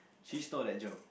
she stole that joke